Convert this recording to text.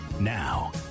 Now